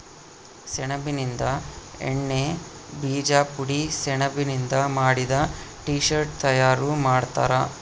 ಸೆಣಬಿನಿಂದ ಎಣ್ಣೆ ಬೀಜ ಪುಡಿ ಸೆಣಬಿನಿಂದ ಮಾಡಿದ ಟೀ ಶರ್ಟ್ ತಯಾರು ಮಾಡ್ತಾರ